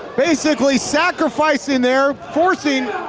basically sacrificing there, forcing